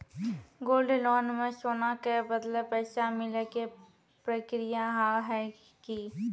Gold loan मे सोना के बदले पैसा मिले के प्रक्रिया हाव है की?